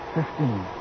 Fifteen